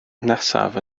nesaf